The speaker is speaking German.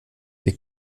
wir